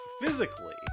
physically